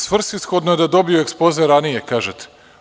Svrsishodno je da je dobijen ekspoze ranije, kažete.